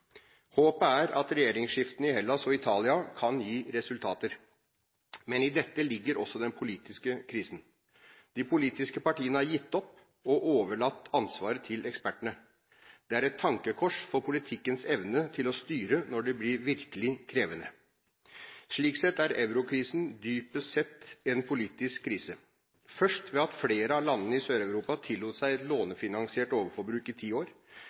Håpet er at regjeringsskiftene i Hellas og Italia kan gi resultater, men i dette ligger også den politiske krisen. De politiske partiene har gitt opp og overlatt ansvaret til ekspertene. Det er et tankekors for politikkens evne til å styre når det blir virkelig krevende. Slik sett er eurokrisen dypest sett en politisk krise, først ved at flere av landene i Sør-Europa tillot seg et lånefinansiert overforbruk i ti år.